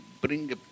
bring